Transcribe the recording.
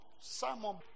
Simon